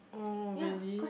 oh really